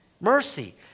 mercy